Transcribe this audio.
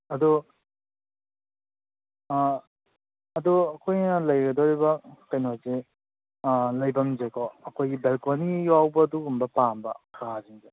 ꯑꯗꯣ ꯑꯥ ꯑꯗꯨ ꯑꯩꯈꯣꯏꯅ ꯂꯩꯒꯗꯧꯔꯤꯕ ꯀꯩꯅꯣꯁꯦ ꯂꯩꯐꯝꯁꯦꯀꯣ ꯑꯩꯈꯣꯏꯒꯤ ꯕꯦꯜꯀꯣꯅꯤ ꯌꯥꯎꯕ ꯑꯗꯨꯒꯨꯝꯕ ꯄꯥꯝꯕ ꯀꯥꯁꯤꯡꯁꯦ